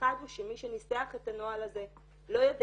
האחד הוא שמי שניסח את הנוהל הזה לא יודע